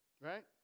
right